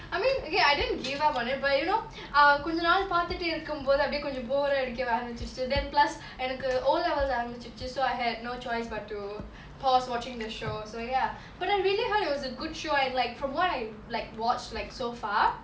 I mean okay I didn't give up on it but you know err கொஞ்ச நாள் பாத்துடே இருக்கும்போது அப்டியே கொஞ்சோ:konja naal paathute irukumpothu apdiye konjo bore அடிக்க ஆரம்பிச்சிட்டு:adika aarambichitichu then plus எனக்கு:enaku O levels ஆரம்பிச்சிடிச்சு:aarambichitichu so I had no choice but to pause watching the show so ya but I really heard it was a good show and like from what I like watched like so far